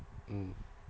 mm